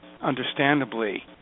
understandably